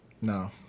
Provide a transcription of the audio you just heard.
no